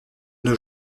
nos